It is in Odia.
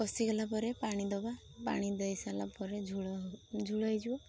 କଷିଗଲା ପରେ ପାଣି ଦବା ପାଣି ଦେଇ ସାରିଲା ପରେ ଝୋଳ ଝୋଳ ହେଇଯିବ